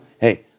hey